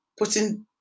putting